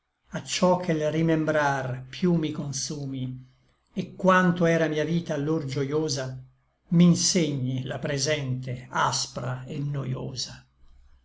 a ciò che l rimembrar piú mi consumi et quanto era mia vita allor gioiosa m'insegni la presente aspra et noiosa